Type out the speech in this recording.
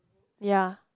ya